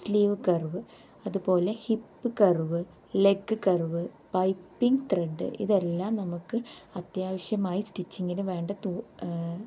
sleeve curve അതുപോലെ hip curve leg curve piping thread ഇതെല്ലാം നമുക്ക് അത്യാവശ്യമായി സ്റ്റിച്ചിങ്ങിന് വേണ്ട തൂ